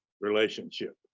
relationship